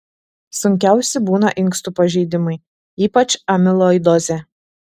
sunkiausi būna inkstų pažeidimai ypač amiloidozė